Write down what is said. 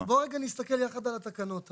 בוא נסתכל יחד על התקנות.